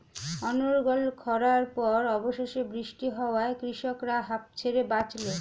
অনর্গল খড়ার পর অবশেষে বৃষ্টি হওয়ায় কৃষকরা হাঁফ ছেড়ে বাঁচল